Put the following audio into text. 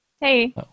Hey